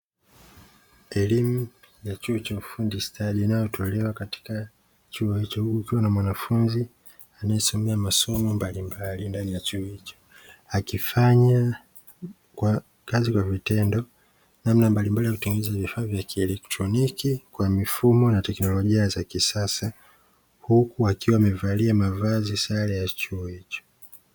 Elimu ya chuo cha ufundi stadi, inayotolewa katika chuo hicho, huku kukiwa na mwanafunzi anayesomea masomo mbalimbali ndani ya chuo hicho, akifanya kazi kwa vitendo namna mbalimbali ya utengenezaji wa vifaa vya kieletroniki kwa mifumo na teknolojia za kisasa, huku akiwa amevalia mavazi, sare ya chuo hicho.